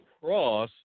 cross